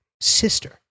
sister